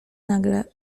nagle